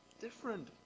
different